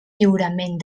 lliurament